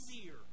easier